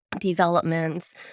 developments